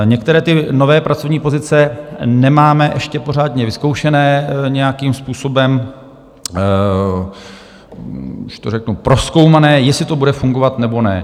Některé ty nové pracovní pozice nemáme ještě pořádně vyzkoušené nějakým způsobem, když to řeknu, prozkoumané, jestli to bude fungovat, nebo ne.